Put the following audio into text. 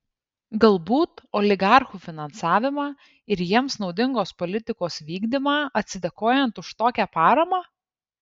galbūt oligarchų finansavimą ir jiems naudingos politikos vykdymą atsidėkojant už tokią paramą